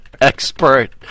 expert